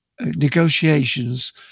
negotiations